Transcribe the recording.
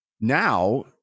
now